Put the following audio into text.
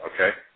Okay